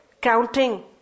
counting